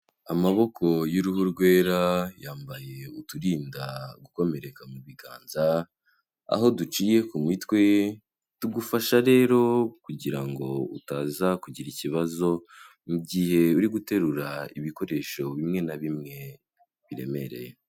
Amaboko y'uruhu rwera yambaye uturindagukomereka mu biganza, aho duciye ku mitwe tugufasha rero kugira ngo utaza kugira ikibazo mu gihe uri guterura ibikoresho bimwe na bimwe biremereye.